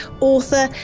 author